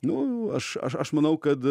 nu aš aš aš manau kad